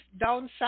downside